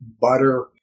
butter